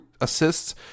assists